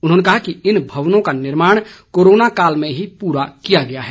उन्होंने कहा कि इन भवनों का निर्माण कोरोना काल में ही पूरा किया गया है